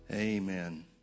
Amen